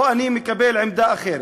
או אני מקבל עמדה אחרת.